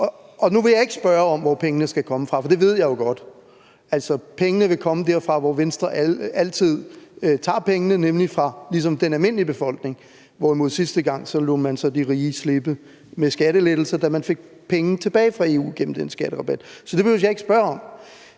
nu vil jeg ikke spørge om, hvor pengene skal komme fra, for det ved jeg jo godt. Altså, pengene vil komme derfra, hvor Venstre altid tager pengene, nemlig fra den almindelige befolkning, hvorimod man sidste gang lod de rige slippe og få skattelettelser, da man fik penge tilbage fra EU gennem den skatterabat – så det behøver jeg ikke spørge om.